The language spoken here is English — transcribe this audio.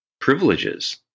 privileges